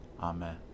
Amen